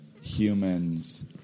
humans